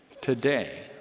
today